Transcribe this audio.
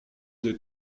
des